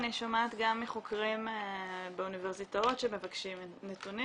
אני שומעת גם מחוקרים באוניברסיטאות שמבקשים נתונים,